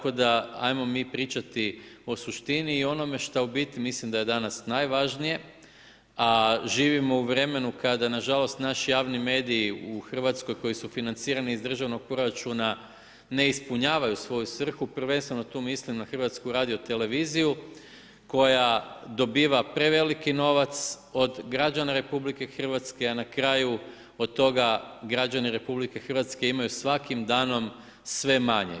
Tako da ajmo mi pričati o suštini i o onome što u biti mislim da je danas najvažnije a živimo u vremenu kada nažalost naši javni mediji u Hrvatskoj koji su financirani iz državnog proračuna ne ispunjavaju svoju svrhu, prvenstveno tu mislim na HRT koja dobiva preveliki novac od građana RH a na kraju od toga građani RH imaju svakim danom imaju sve manje.